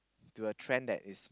to a trend that is